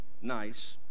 nice